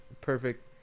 perfect